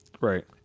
Right